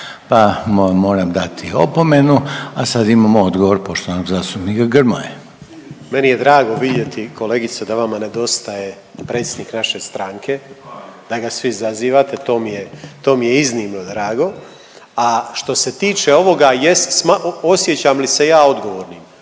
pa moram dati opomenu. A sad imamo odgovor poštovanog zastupnika Grmoje. **Grmoja, Nikola (MOST)** Meni je drago vidjeti kolegice da vama nedostaje predsjednik naše stranke, da ga svi zazivate, to mi je, to mi je iznimno drago, a što se tiče ovoga osjećam li se ja odgovornim.